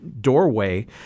doorway